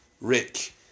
Rick